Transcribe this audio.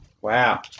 Wow